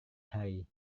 hari